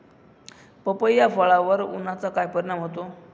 पपई या फळावर उन्हाचा काय परिणाम होतो?